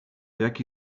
jaki